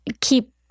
keep